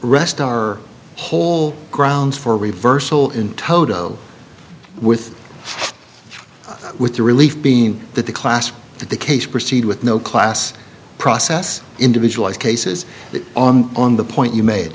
rest our whole grounds for reversal in toto with with the relief being that the class that the case proceed with no class process individual cases on the point you made